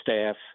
staff